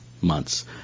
months